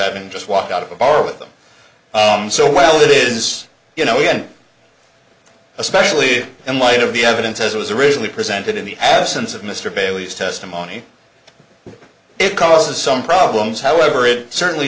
having just walked out of a bar with them so well it is you know and especially in light of the evidence as it was originally presented in the absence of mr bailey's testimony it causes some problems however it certainly